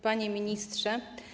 Panie Ministrze!